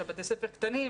שבתי הספר קטנים,